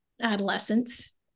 adolescence